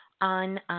on